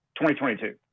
2022